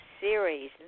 series